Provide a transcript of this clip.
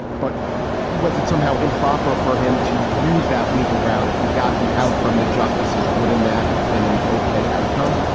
but was it somehow improper for him to use that legal route if he got the out from the justices, wouldn't that have been an ok outcome?